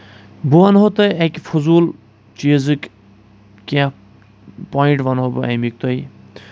بہٕ وَنہو تۄہہ اَکہِ فضوٗل چیٖزٕکۍ کیٚنٛہہ پوٚینٛٹ وَنہو بہٕ اَمیکۍ تۄہہ